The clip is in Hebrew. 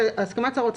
למיטב ידיעתנו,